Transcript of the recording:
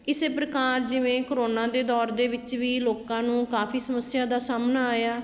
ਇਸ ਪ੍ਰਕਾਰ ਜਿਵੇਂ ਕਰੋਨਾ ਦੇ ਦੌਰ ਦੇ ਵਿੱਚ ਵੀ ਲੋਕਾਂ ਨੂੰ ਕਾਫੀ ਸਮੱਸਿਆ ਦਾ ਸਾਹਮਣਾ ਆਇਆ